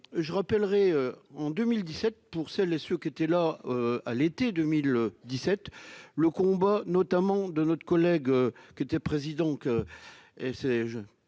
je rappellerai en 2017 pour celles et ceux qui étaient là, à l'été 2017, le combat notamment de notre collègue qui était président qu'et c'est